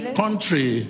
country